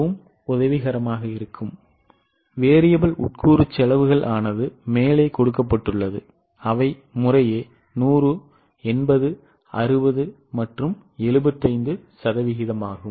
மாறி உட்கூறு செலவுகள் ஆனது மேலே கொடுக்க அவை முறையே 100 80 60 மற்றும் 75 சதவீதமாகும்